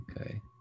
Okay